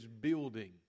building